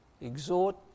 exhort